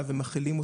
הגופים.